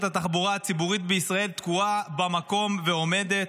התחבורה הציבורית בישראל תקועה במקום ועומדת,